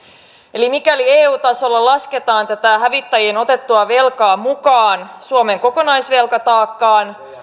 eli mikäli eu tasolla lasketaan hävittäjiin otettua velkaa mukaan suomen kokonaisvelkataakkaan